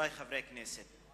חברי חברי הכנסת,